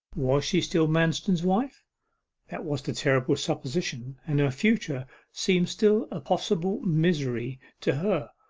was she still manston's wife that was the terrible supposition, and her future seemed still a possible misery to her.